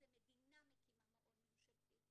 מדינה מקימה מעון ממשלתי,